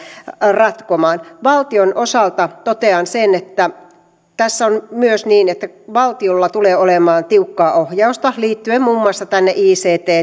ratkomaan valtion osalta totean sen että tässä on myös niin että valtiolla tulee olemaan tiukkaa ohjausta liittyen muun muassa tänne ict